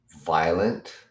violent